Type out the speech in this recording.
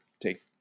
take